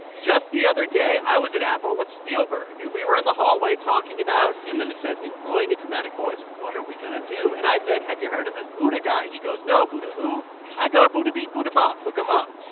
just the other day, i was at apple with spielberg, and we were in the hallway talking about and then it says, employing a dramatic voice what are we going to do? and i said, have you heard of this butti-guy? he goes, no. butti-who? i go, buttibeep buttibop. look him up